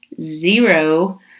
Zero